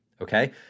Okay